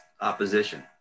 opposition